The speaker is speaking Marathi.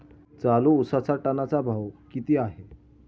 चालू उसाचा टनाचा भाव किती आहे?